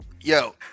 yo